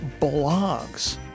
Blogs